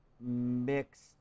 mixed